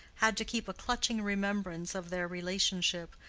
had to keep a clutching remembrance of their relationship,